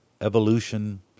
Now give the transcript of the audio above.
evolution